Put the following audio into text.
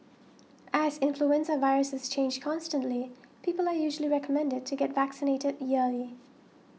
as influenza viruses change constantly people are usually recommended to get vaccinated yearly